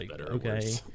okay